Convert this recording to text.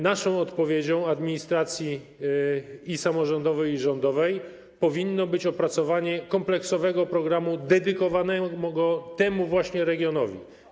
Naszą odpowiedzią, administracji i samorządowej, i rządowej, powinno być opracowanie kompleksowego programu dedykowanego temu właśnie regionowi.